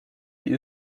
die